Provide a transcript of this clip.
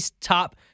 top